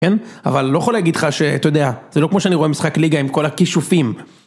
כן? אבל לא יכול להגיד לך שאתה יודע, זה לא כמו שאני רואה משחק ליגה עם כל הכישופים.